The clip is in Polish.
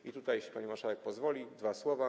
I tutaj, jeśli pani marszałek pozwoli, dwa słowa.